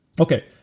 Okay